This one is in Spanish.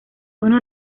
una